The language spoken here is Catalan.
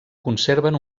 conserven